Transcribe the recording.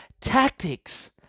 tactics